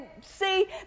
see